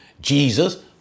Jesus